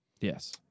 Yes